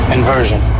Inversion